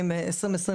ביטחונה ושלומה,